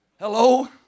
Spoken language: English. Hello